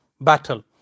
battle